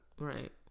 Right